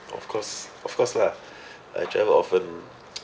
of course of course lah I travel often